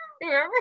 Remember